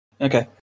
Okay